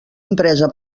empresa